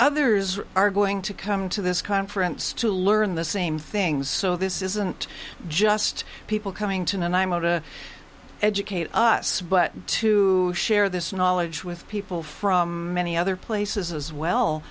others are going to come to this conference to learn the same things so this isn't just people coming to and imo to educate us but to share this knowledge with people from many other places as well